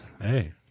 Hey